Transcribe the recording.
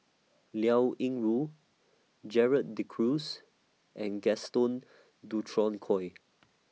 Liao Yingru Gerald De Cruz and Gaston Dutronquoy